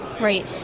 right